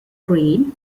green